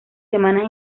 semanas